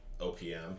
OPM